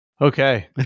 Okay